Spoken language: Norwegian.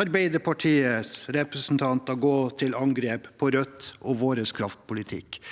Arbeiderpartiets representanter gå til angrep på Rødt og vår kraftpolitikk.